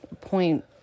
point